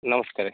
ନମସ୍କାର